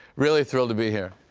really thrilled to be here.